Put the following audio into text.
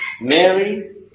Mary